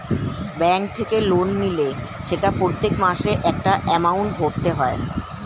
bank থেকে loan নিলে সেটা প্রত্যেক মাসে একটা এমাউন্ট ভরতে হয়